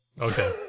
Okay